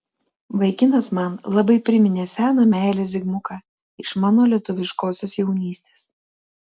vaikinas man labai priminė seną meilę zigmuką iš mano lietuviškosios jaunystės